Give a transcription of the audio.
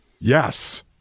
yes